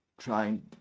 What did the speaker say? trying